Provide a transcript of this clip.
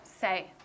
say